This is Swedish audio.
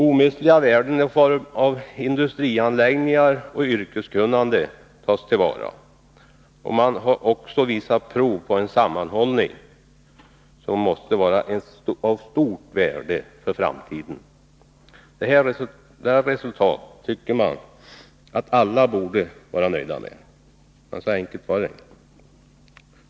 Omistliga värden i form av industrianläggningar och yrkeskunnande tas till vara. Man har också visat prov på en sammanhållning, som måste vara av stort värde för framtiden. Detta resultat tycker man att alla borde vara nöjda med, men så enkelt var det inte.